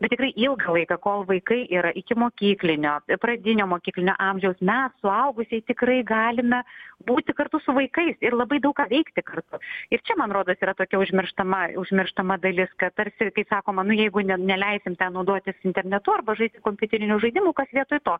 bet tikrai ilgą laiką kol vaikai yra ikimokyklinio pradinio mokyklinio amžiaus mes suaugusieji tikrai galime būti kartu su vaikais ir labai daug ką veikti kartu ir čia man rodos yra tokia užmirštama užmirštama dalis tarsi kai sakoma jeigu ne neleisim naudotis internetu arba žaisti kompiuterinių žaidimų kas vietoj to